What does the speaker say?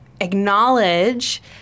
acknowledge